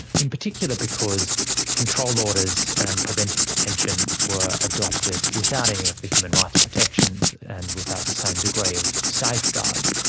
in particular because control orders and preventive detention were adopted without any of the human rights protections and without the same degree of safeguards,